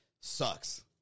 sucks